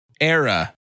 era